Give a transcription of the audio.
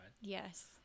Yes